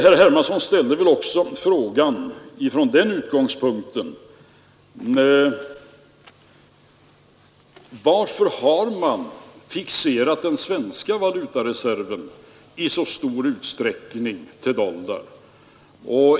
Herr Hermansson frågade från den utgångspunkten varför vi i så stor utsträckning har fixerat den svenska valutareserven till dollarn.